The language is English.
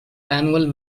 annual